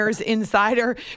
insider